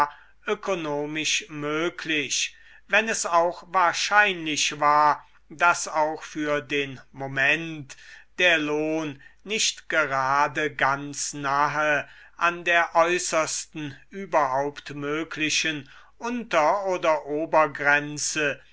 ökonomisch möglich wenn es auch wahrscheinlich war daß auch für den moment der lohn nicht gerade ganz nahe an der äußersten überhaupt möglichen unter oder obergrenze